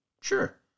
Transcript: Sure